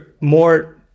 more